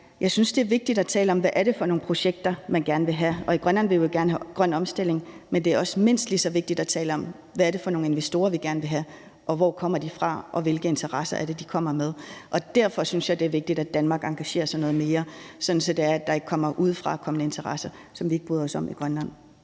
jeg synes, det er vigtigt at tale om, hvad det er for nogle projekter, man gerne vil have, og i Grønland vil vi gerne have grøn omstilling. Men det er også mindst lige så vigtigt at tale om, hvad det er for nogle investorer, vi gerne vil have, hvor de kommer fra, og hvilke interesser de kommer med. Derfor synes jeg, det er vigtigt, at Danmark engagerer sig noget mere, sådan at der ikke kommer udefrakommende interesser, som vi ikke bryder os om, i Grønland.